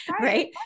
Right